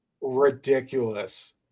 ridiculous